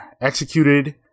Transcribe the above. Executed